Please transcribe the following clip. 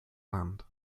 land